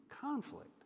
conflict